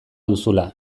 duzula